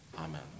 Amen